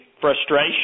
frustration